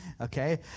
Okay